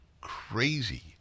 crazy